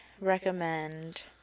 recommend